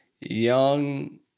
young